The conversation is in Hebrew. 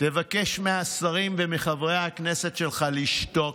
תבקש מהשרים ומחברי הכנסת שלך לשתוק,